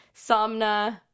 somna